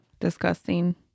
disgusting